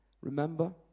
remember